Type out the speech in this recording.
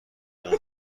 اون